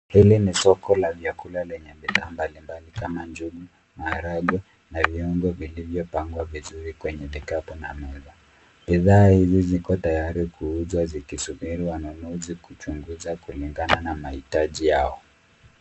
Hili ni soko la vyakula lenye bidhaa mbalimbali kama njugu, maharagwe na vyombo vilivyopangwa vizuri kwenye vikapu na meza. Bidhaa hizi ziko tayari kuuzwa zikisubiri wanunuzi kuchunguza kulingana na mahitaji yao.